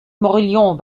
morillon